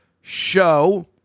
show